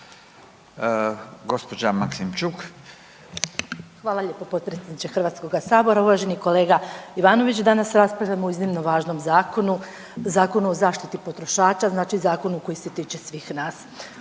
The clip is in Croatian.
Ljubica (HDZ)** Hvala lijepo potpredsjedniče HS-a, uvaženi kolega Ivanović. Danas raspravljamo o iznimno važnom zakonu, Zakonu o zaštititi potrošača, znači zakonu koji se tiče svih nas.